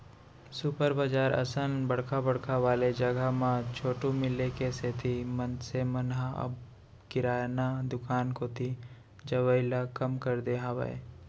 super बजार असन बड़का बड़का वाले जघा म छूट मिले के सेती मनसे मन ह अब किराना दुकान कोती जवई ल कम कर दे हावय